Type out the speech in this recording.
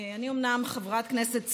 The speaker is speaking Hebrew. אני אומנם חברת כנסת צעירה,